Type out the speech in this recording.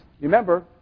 Remember